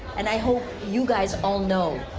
and i hope you guys all know,